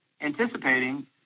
anticipating